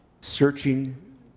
searching